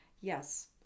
yes